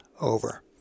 over